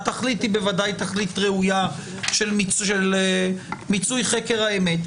התכלית היא בוודאי תכלית ראויה של מיצוי חקר האמת.